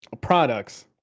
products